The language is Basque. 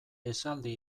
esaldi